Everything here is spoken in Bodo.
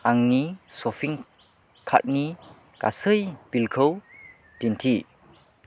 आंनि श'पिं कार्टनि गासै बिलखौ दिन्थि